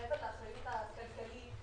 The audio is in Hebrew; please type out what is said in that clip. לאחריות הכלכלית,